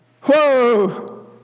Whoa